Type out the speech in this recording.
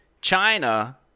China